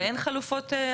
ואין חלופות?